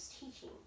teaching